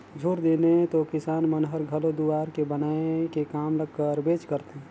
झूर दिने तो किसान मन हर घर दुवार के बनाए के काम ल करबेच करथे